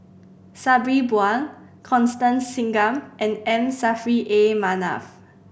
Sabri Buang Constance Singam and M Saffri A Manaf